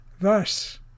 Thus